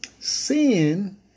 Sin